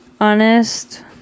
Honest